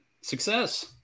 Success